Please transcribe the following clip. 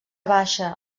baixa